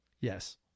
yes